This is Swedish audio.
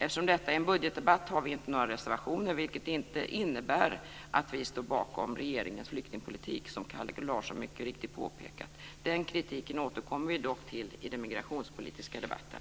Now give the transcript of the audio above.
Eftersom detta är en budgetdebatt har vi inte några reservationer, vilket inte innebär att vi står bakom regeringens flyktingpolitik, som Kalle Larsson mycket riktigt påpekade. Den kritiken återkommer vi till i den migrationspolitiska debatten.